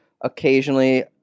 occasionally